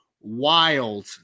wild